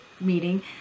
meeting